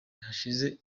hashize